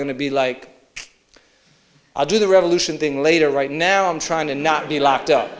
to be like i'll do the revolution thing later right now i'm trying to not be locked